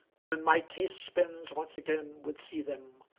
when my taste spins once again would see them,